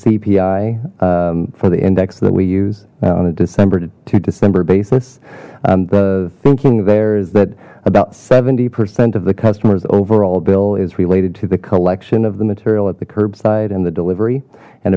cpi for the index that we use on a december to december basis and the thinking there is that about seventy percent of the customers overall bill is related to the collection of the material at the curbside and the delivery and